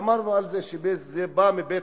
ואמרנו על זה שאולי זה בא מבית-המדרש